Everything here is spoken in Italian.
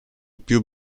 più